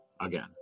again